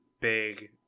big